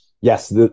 Yes